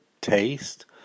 taste